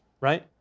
right